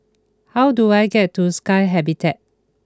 how do I get to Sky Habitat